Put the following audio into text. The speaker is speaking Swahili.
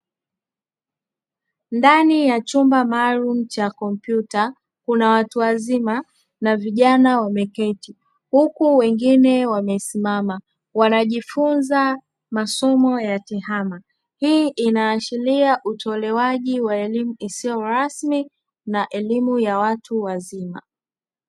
Ndani ya chumba maalumu cha kompyuta kuna watu wazima na vijana wameketi, huku wengine wamesimama waanjifunza masomo ya tehama. Hii inaashiria utolewaji wa elimu isiyo rasmi na elimu ya watu wazima.